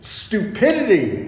stupidity